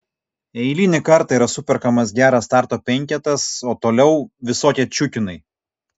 eilinį kartą yra superkamas geras starto penketas o toliau visokie čiukinai